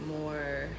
more